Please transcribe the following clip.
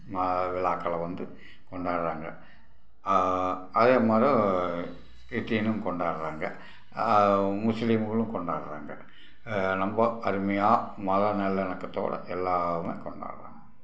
மா விழாக்கள வந்து கொண்டாடுறாங்க அதேமாதிரி கிறிஸ்டினும் கொண்டாடுறாங்க முஸ்லீம்களும் கொண்டாடுறாங்க ரொம்ப அருமையாக மத நல்லிண்ணகத்தோடு எல்லாமே கொண்டாடுறாங்க